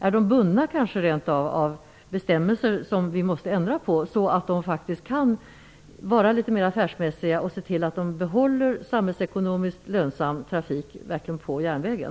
Är de kanske rent av bundna av bestämmelser som vi borde ändra på, så att de kan bli litet mera affärsmässiga och se till att behålla samhällsekonomiskt lönsam trafik på järnvägen?